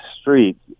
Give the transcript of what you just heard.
street